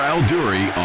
Alduri